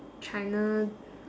china